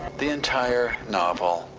the entire novel,